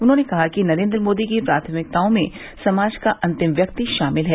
उन्होंने कहा कि नरेन्द्र मोदी की प्राथमिकताओं में समाज का अंतिम व्यक्ति शामिल है